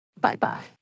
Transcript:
Bye-bye